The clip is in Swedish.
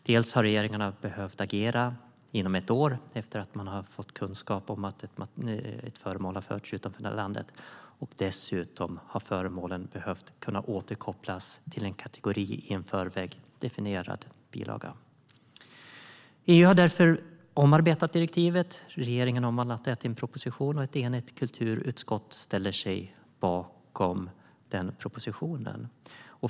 Dels har regeringarna behövt agera inom ett år efter det att man har fått kunskap om att ett föremål har förts ut från landet, dels har föremålen behövt kunna återkopplas till en kategori i en i förväg definierad bilaga. EU har därför omarbetat direktivet. Regeringen har bland annat lagt fram en proposition, och ett enigt kulturutskott ställer sig bakom den.